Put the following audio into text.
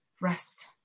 rest